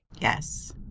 Yes